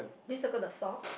did you circle the sock